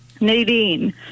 Nadine